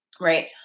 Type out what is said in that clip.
right